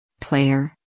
Player